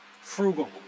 frugal